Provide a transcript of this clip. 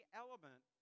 element